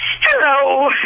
Hello